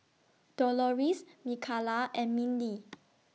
Doloris Mikalah and Mindi